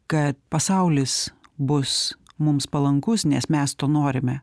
kad pasaulis bus mums palankus nes mes to norime